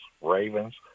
Ravens